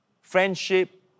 friendship